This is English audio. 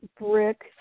brick